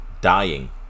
dying